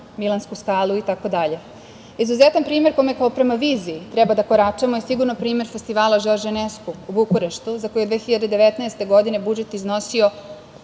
Milansku skalu itd. Izuzetan primer, kome kao prema viziji treba da koračamo, je sigurno primer festivala Žorž Enesku u Bukureštu, za koji je 2019. godine budžet iznosio